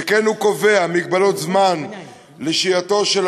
שכן הוא קובע מגבלות זמן לשהייתו של